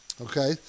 okay